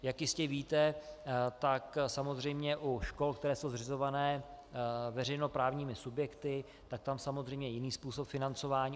Jak jistě víte, tak samozřejmě u škol, které jsou zřizovány veřejnoprávními subjekty, je samozřejmě jiný způsob financování.